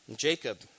Jacob